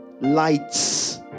Lights